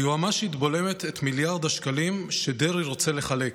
היועמ"שית בולמת את מיליארד השקלים שדרעי רוצה לחלק.